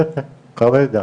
אלה שכרגע